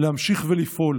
להמשיך לפעול